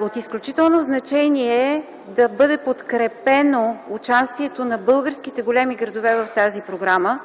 От изключително значение е да бъде подкрепено участието на българските големи градове в тази програма,